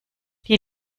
die